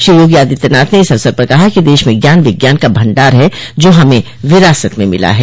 श्री योगी आदित्यनाथ ने इस अवसर पर कहा कि देश में ज्ञान विज्ञान का भंडार है जो हमें विरासत में मिला है